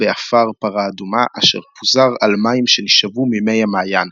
באפר פרה אדומה אשר פוזר על מים שנשאבו ממי מעיין,